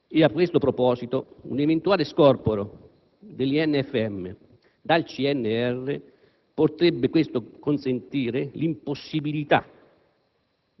A questo proposito, un eventuale scorporo dell'INFM dal CNR potrebbe portare all'impossibilità